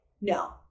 no